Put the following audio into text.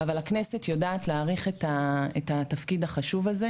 אבל הכנסת יודעת להעריך את התפקיד החשוב הזה.